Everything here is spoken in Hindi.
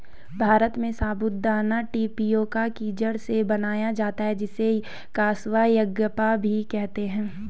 भारत में साबूदाना टेपियोका की जड़ से बनाया जाता है जिसे कसावा यागप्पा भी कहते हैं